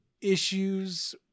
issues